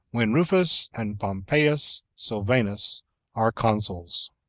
when ruffis and pompeius sylvanus are consuls.